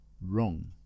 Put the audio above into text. wrong